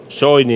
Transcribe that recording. soini